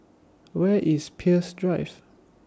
Where IS Peirce Drive